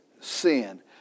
sin